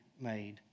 made